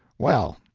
well,